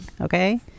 okay